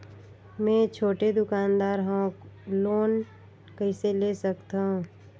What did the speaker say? मे छोटे दुकानदार हवं लोन कइसे ले सकथव?